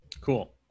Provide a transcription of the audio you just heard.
Cool